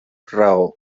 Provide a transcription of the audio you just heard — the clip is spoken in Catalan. raó